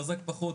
חזק פחות,